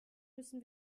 müssen